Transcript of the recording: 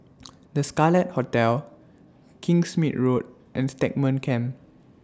The Scarlet Hotel Kingsmead Road and Stagmont Camp